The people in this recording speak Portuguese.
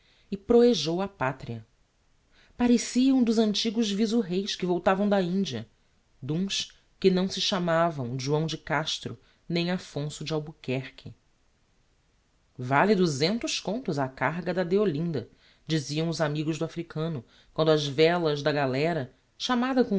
e proejou á patria parecia um dos antigos viso reis que voltavam da india d'uns que não se chamavam joão de castro nem affonso de albuquerque vale duzentos contos a carga da deolinda diziam os amigos do africano quando as velas da galera chamada